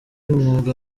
umwuga